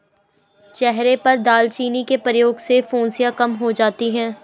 चेहरे पर दालचीनी के प्रयोग से फुंसियाँ कम हो जाती हैं